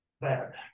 bad